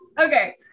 Okay